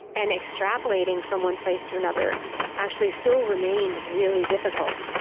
and extrapolating from one place to another actually still remained really difficult.